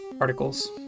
articles